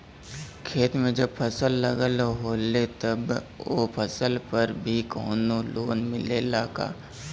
खेत में जब फसल लगल होले तब ओ फसल पर भी कौनो लोन मिलेला का?